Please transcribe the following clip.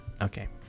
Okay